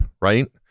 right